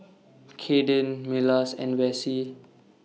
Kadyn Milas and Vassie